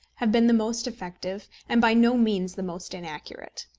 have been the most effective and by no means the most inaccurate.